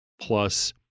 plus